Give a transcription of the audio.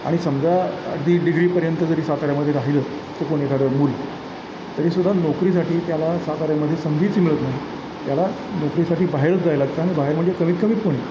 आणि समजा अगदी डिग्रीपर्यंत जरी साताऱ्यामध्ये राहिलंत चुकून एखादं मूल तरीसुद्धा नोकरीसाठी त्याला साताऱ्यामध्ये संधीच मिळत नाही त्याला नोकरीसाठी बाहेरच जायला लागतं आणि बाहेर म्हणजे कमीत कमीत पुणे